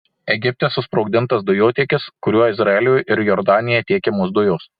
egipte susprogdintas dujotiekis kuriuo izraeliui ir jordanijai tiekiamos dujos